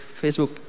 Facebook